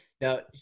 Now